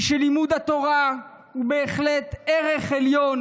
היא שלימוד התורה הוא בהחלט ערך עליון